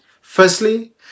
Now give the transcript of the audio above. Firstly